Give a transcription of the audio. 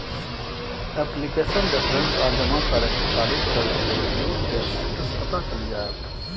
application reference आ जमा करै के तारीख दर्ज कैर दियौ, ते स्टेटस पता चलि जाएत